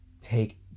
take